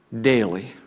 daily